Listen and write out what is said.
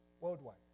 worldwide